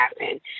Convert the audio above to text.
happen